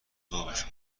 ذوبش